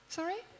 Sorry